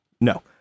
No